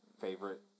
favorite